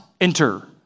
enter